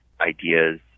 ideas